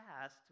past